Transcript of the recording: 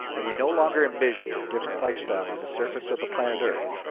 and we no longer envisioned a different lifestyle on the surface of the planet earth,